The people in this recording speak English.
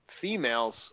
females